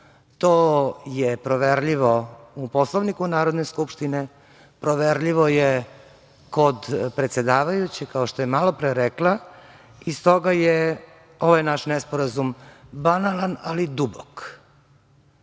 je proverljivo u Poslovniku Narodne skupštine. Proverljivo je kod predsedavajućeg, kao što je malo pre rekla, i stoga je ovaj naš nesporazum banalan, ali dubok.